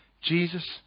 Jesus